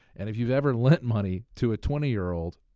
and if you've ever leant money to a twenty year old,